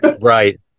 Right